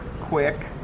quick